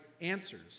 answers